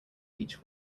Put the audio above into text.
beach